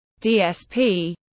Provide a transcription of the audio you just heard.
DSP